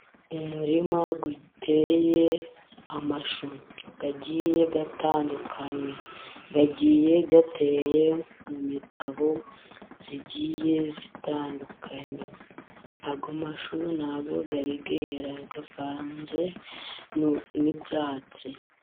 Umurima uteye amashu agiye atandukanye, agiye ateye mu mitabo igiye itandukanye, ayo mashu nabwo yari yera avanze n'ibyatsi.